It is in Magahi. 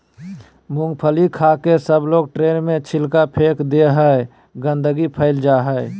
मूँगफली खाके सबलोग ट्रेन में छिलका फेक दे हई, गंदगी फैल जा हई